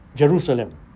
Jerusalem